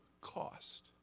cost